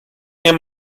mir